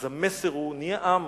אז המסר הוא: נהיה עם,